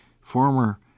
former